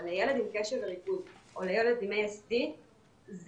אבל לילד עם קשב וריכוז או לילד עם ASD זה